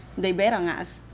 they bet on us.